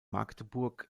magdeburg